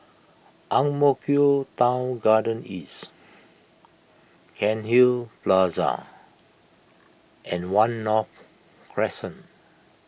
Ang Mo Kio Town Garden East Cairnhill Plaza and one North Crescent